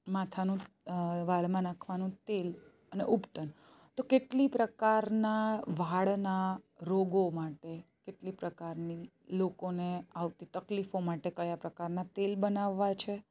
માથાનું વાળમાં નાખવાનું તેલ અને ઉપટન તો કેટલી પ્રકારના વાળના રોગો માટે કેટલી પ્રકારની લોકોને આવતી તકલીફો માટે કયા પ્રકારના તેલ બનાવવા છે